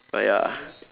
but ya